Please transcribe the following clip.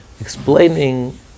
explaining